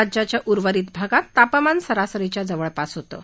राज्याच्या उर्वरित भागात तापमान सरासरीच्या जवळपास होतं